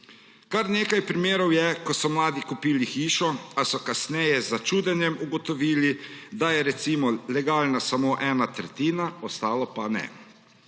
Kar nekaj primerov je, ko so mladi kupili hišo, a so kasneje z začudenjem ugotovili, da je recimo legalna samo ena tretjina, ostalo pa ne.